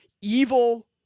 evil